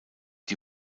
die